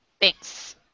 Thanks